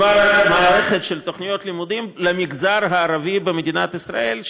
מדובר במערכת של תוכניות לימודים למגזר הערבי במדינת ישראל,